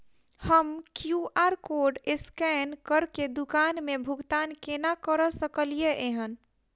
हम QR code scan करके दुकान मे भुगतान केना करऽ सकलिये एहन?